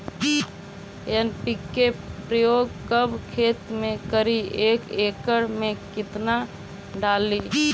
NPK प्रयोग कब खेत मे करि एक एकड़ मे कितना डाली?